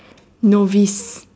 novice